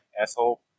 asshole